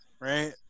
Right